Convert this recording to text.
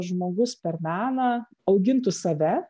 žmogus per meną augintų save